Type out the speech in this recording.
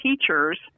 teachers